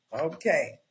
Okay